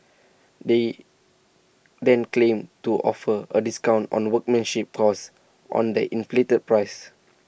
they then claim to offer A discount on workmanship cost on the inflated price